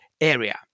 area